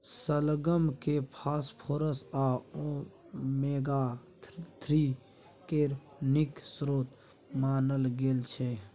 शलगम केँ फास्फोरस आ ओमेगा थ्री केर नीक स्रोत मानल गेल छै